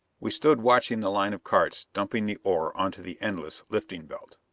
we stood watching the line of carts dumping the ore onto the endless lifting-belt.